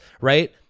Right